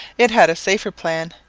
it had a safer plan.